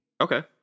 Okay